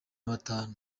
batanu